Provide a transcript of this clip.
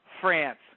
France